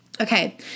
Okay